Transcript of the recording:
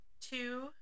two